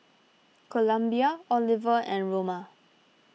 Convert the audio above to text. Columbia Oliver and Roma